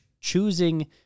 choosing